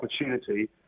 opportunity